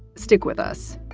stick with us